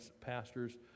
pastors